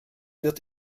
wird